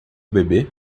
bebê